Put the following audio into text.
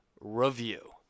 Review